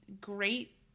great